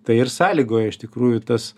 tai ir sąlygoja iš tikrųjų tas